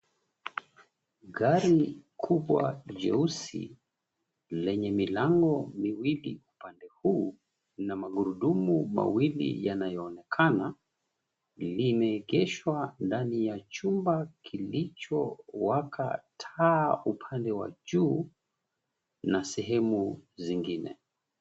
Gari kubwa jeusi lenye milango miwili upande huu na magurudumu mawili yanayoonekana limeegeshwa ndani ya chumba kilichowaka taa upande wa juu na sehemu zingine.